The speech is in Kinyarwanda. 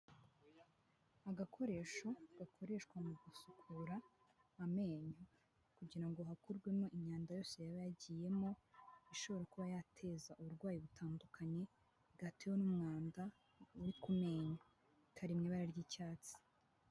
Agakoresho gakoreshwa mu gusukura amenyo kugira ngo hakurwemo imyanda yose yaba yagiyemo, ishobora kuba yateza uburwayi butandukanye, bwatewe n'umwanda uri ku menyo, kari mu bara ry'icyatsi.